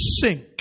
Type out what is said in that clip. sink